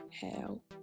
hell